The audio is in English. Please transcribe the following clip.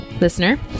listener